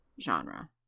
genre